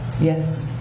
Yes